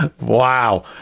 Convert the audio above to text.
wow